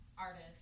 artist